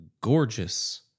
gorgeous